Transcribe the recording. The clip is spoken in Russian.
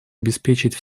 обеспечить